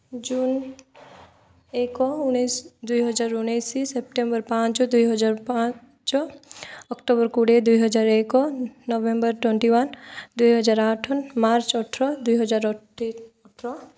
June ଏକ ଉଣେଇଶ ଦୁଇ ହଜାର ଉଣେଇଶ ସେପ୍ଟେମ୍ବର୍ ପାଞ୍ଚ ଦୁଇ ହଜାର ପାଞ୍ଚ ଅକ୍ଟୋବର୍ କୋଡ଼ିଏ ଦୁଇ ହଜାର ଏକ ନଭେମ୍ବର୍ ଟ୍ୱଣ୍ଟି ୱାନ୍ ଦୁଇ ହଜାର ଆଠ ମାର୍ଚ୍ଚ୍ ଅଠର ଦୁଇ ହଜାର